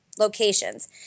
locations